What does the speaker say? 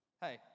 hey